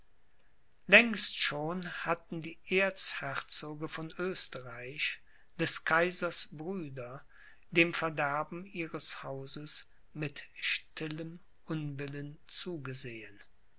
längst schon hatten die erzherzoge von oesterreich des kaisers brüder dem verderben ihres hauses mit stillem unwillen zugesehen